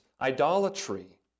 idolatry